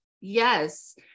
Yes